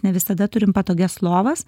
ne visada turim patogias lovas